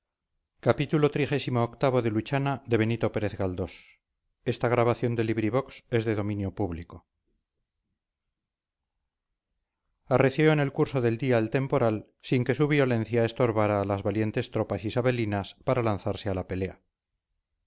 arreció en el curso del día el temporal sin que su violencia estorbara a las valientes tropas isabelinas para lanzarse a la pelea